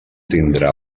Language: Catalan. tindrà